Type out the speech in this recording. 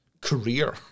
career